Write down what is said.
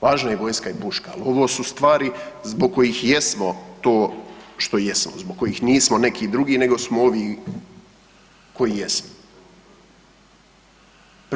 Važna je vojska i puška, ali ovo su stvari zbog kojih jesmo to što jesmo, zbog kojih nismo neki drugi nego smo ovi koji jesmo.